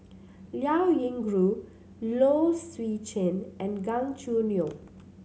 Liao Yingru Low Swee Chen and Gan Choo Neo